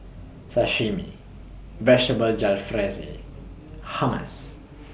Sashimi Vegetable Jalfrezi Hummus